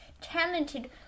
talented